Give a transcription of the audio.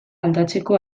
aldatzeko